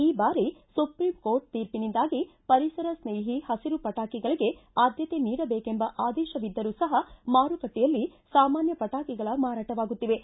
ಈ ಬಾರಿ ಸುಪ್ರೀಂಕೋರ್ಟ್ ತೀರ್ಷಿನಿಂದಾಗಿ ಪರಿಸರ ಸ್ನೇಹಿ ಹಸಿರು ಪಟಾಕಿಗಳಿಗೆ ಆದ್ದತೆ ನೀಡಬೇಕೆಂಬ ಆದೇಶವಿದ್ದರೂ ಸಹ ಮಾರುಕಟ್ಟೆಯಲ್ಲಿ ಸಾಮಾನ್ವ ಪಟಾಕಿಗಳ ಮಾರಾಟವಾಗುತ್ತಿವೆ